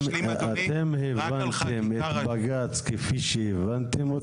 אתם הבנתם את בג"ץ כפי שהבנתם אותו.